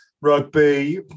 rugby